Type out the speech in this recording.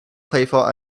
playful